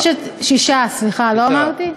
6. 6, סליחה, לא אמרתי?